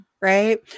right